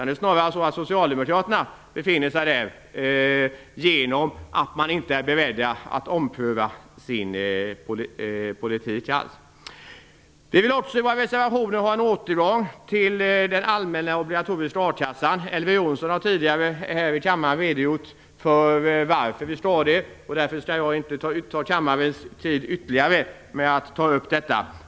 Det är snarare socialdemokraterna som befinner där genom att de inte är beredda att ompröva sin politik alls. I våra reservationer vill vi också ha en återgång till den allmänna obligatoriska a-kassan. Elver Jonsson har tidigare här i kammaren redogjort för varför vi vill ha det. Därför skall jag inte uppta kammarens tid ytterligare med att ta upp detta.